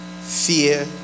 fear